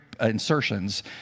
insertions